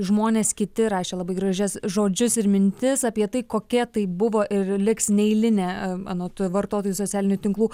žmonės kiti rašė labai gražias žodžius ir mintis apie tai kokia tai buvo ir liks neeilinė anot vartotojų socialinių tinklų